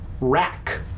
Rack